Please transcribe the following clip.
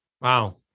Wow